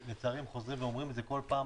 ולצערי, הם חוזרים ואומרים את זה כל פעם.